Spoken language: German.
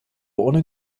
ohne